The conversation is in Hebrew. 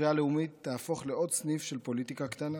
הספרייה הלאומית תהפוך לעוד סניף של פוליטיקה קטנה.